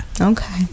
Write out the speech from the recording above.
okay